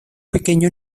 pequeño